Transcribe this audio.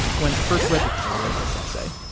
when i first read the title of this essay,